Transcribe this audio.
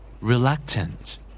Reluctant